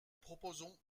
proposons